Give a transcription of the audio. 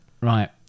right